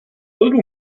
little